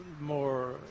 more